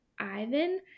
Ivan